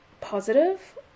positive